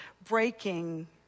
breaking